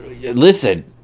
Listen